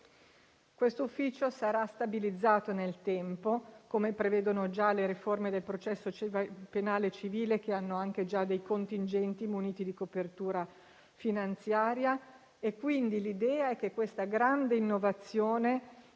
Questo ufficio sarà stabilizzato nel tempo, come prevedono già le riforme del processo penale e civile, che hanno anche contingenti muniti di copertura finanziaria; l'idea è che questa grande innovazione